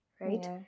right